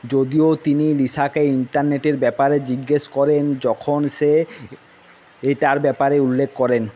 যদিও তিনি লিসাকে ইন্টারনেটের ব্যাপারে জিজ্ঞেস করেন যখন সে এটার ব্যাপারে উল্লেখ করেন